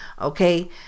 Okay